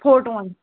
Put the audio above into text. فوٹوٗوَن